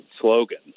slogan